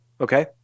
Okay